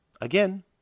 again